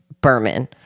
Berman